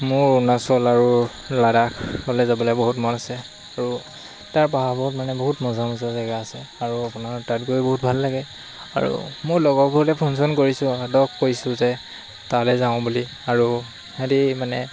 মোৰ অৰুণাচল আৰু লাডাখলৈ যাবলৈ বহুত মন আছে আৰু তাৰ পাহাৰবোৰত মানে বহুত মজা মজা জেগা আছে আৰু আপোনাৰ তাত গৈ বহুত ভাল লাগে আৰু মোৰ লগৰবোৰলৈ ফোন চন কৰিছোঁ সিহঁতক কৈছো যে তালৈ যাওঁ বুলি আৰু সিহঁতে মানে